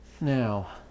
Now